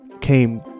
came